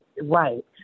right